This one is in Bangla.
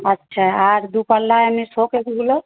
আচ্ছা আর দুপাল্লা এমনি শোকেসগুলোর